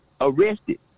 arrested